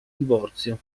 divorzio